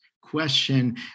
question